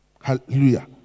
Hallelujah